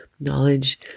knowledge